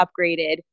upgraded